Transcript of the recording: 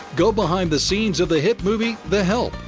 go behind the scenes of the hit movie the help.